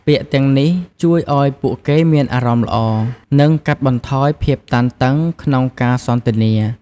ពាក្យទាំងនេះជួយឱ្យពួកគេមានអារម្មណ៍ល្អនឺងកាត់បន្ថយភាពតានតឹងក្នុងការសន្ទនា។